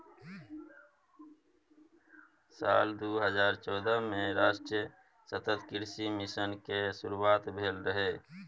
साल दू हजार चौदह मे राष्ट्रीय सतत कृषि मिशन केर शुरुआत भेल रहै